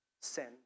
Send